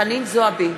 חנין זועבי,